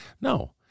No